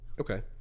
okay